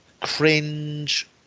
cringe